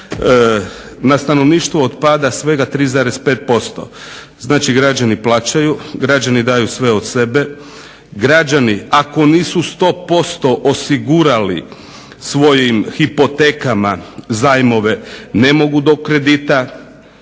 Na stanovništvo otpada svega 3,5%, znači građani plaćaju, građani daju sve od sebe, građani ako nisu 100% osigurali svojim hipotekama zajmove ne mogu do kredita.